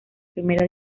primera